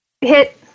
hit